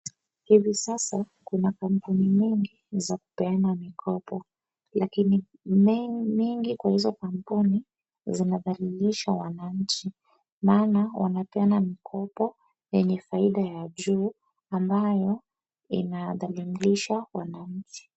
Hivi sasa kuna kampuni mingi za kupeana mikopo lakini mingi kwa izo kampuni zina dhahililisha wananchi , maana wanapeana mkopo yenye faida ya juu ambayo , inadhalilisha wananchi .